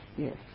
Yes